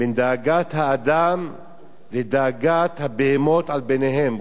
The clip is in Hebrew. בין דאגת האדם לדאגת הבהמות על בניהם.